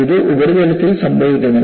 ഇത് ഉപരിതലത്തിൽ സംഭവിക്കുന്നില്ല